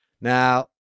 Now